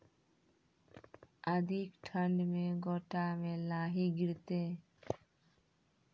अधिक ठंड मे गोटा मे लाही गिरते?